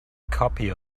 copy